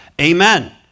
amen